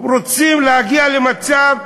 רוצים להגיע למצב: